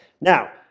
Now